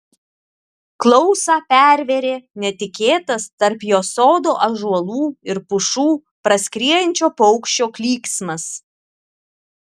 klausą pervėrė netikėtas tarp jos sodo ąžuolų ir pušų praskriejančio paukščio klyksmas